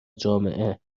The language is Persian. جامعه